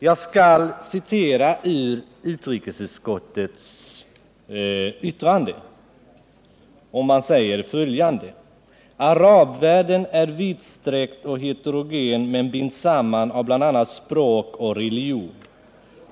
Jag skall citera ur utrikesutskottets yttrande. Det står bl.a. följande: ”Arabvärlden är vidsträckt och helt heterogen men binds samman av bl.a. språk och religion.